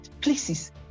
places